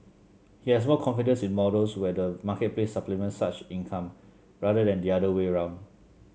he has more confidence in models where the marketplace supplements such income rather than the other way around